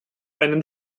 einen